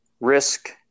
risk